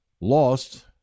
lost